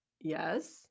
yes